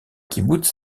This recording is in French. kibboutz